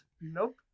Nope